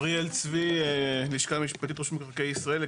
אריאל צבי, לשכה משפטית רשות מקרקעי ישראל.